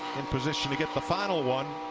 and position to get the final one.